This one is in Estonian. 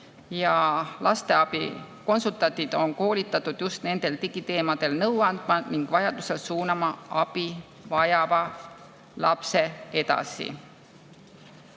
ja lasteabikonsultandid on koolitatud just digiteemadel nõu andma ning vajaduse korral suunama abi vajava lapse edasi.